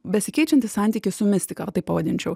besikeičiantį santykį su mistika va taip pavadinčiau